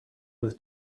was